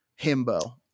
himbo